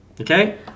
Okay